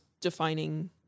defining